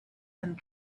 and